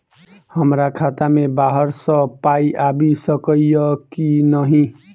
हमरा खाता मे बाहर सऽ पाई आबि सकइय की नहि?